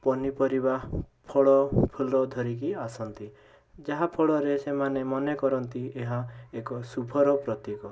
ପନିପରିବା ଫଳ ଫୁଲ ଧରିକି ଆସନ୍ତି ଯାହାଫଳରେ ସେମାନେ ମନେକରନ୍ତି ଏହା ଏକ ଶୁଭର ପ୍ରତୀକ